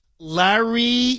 Larry